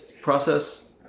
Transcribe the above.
process